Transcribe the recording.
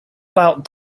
about